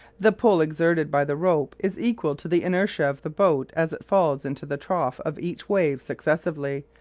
the pull exerted by the rope is equal to the inertia of the boat as it falls into the trough of each wave successively,